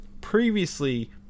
previously